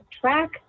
track